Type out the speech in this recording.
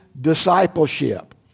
discipleship